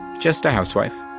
just a housewife.